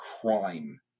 crime